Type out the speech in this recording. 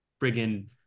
friggin